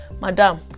madam